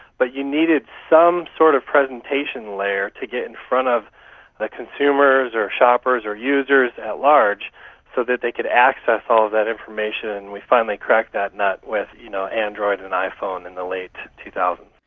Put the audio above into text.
but you needed some sort of presentation layer to get in front of the consumers or shoppers or users at large so that they could access all of that information. we finally cracked that nut with you know android and iphone in the late two thousand